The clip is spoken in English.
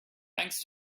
thanks